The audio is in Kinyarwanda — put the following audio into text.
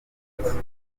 yavutse